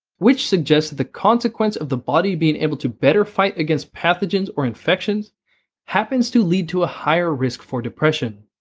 which suggests that the consequence of the body being able to better fight against pathogens or infections happens to lead to a higher risk for depression.